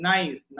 Nice